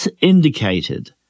indicated